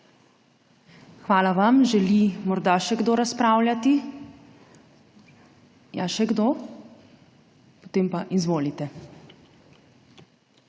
Hvala vam. Želi morda še kdo razpravljati? (Da.) Ja, še kdo? Potem pa, izvolite.